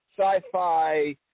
sci-fi